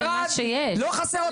בערד לא חסר כיתות,